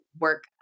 work